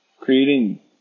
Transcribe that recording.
creating